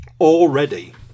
Already